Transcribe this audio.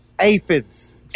Aphids